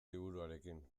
liburuarekin